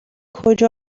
کجا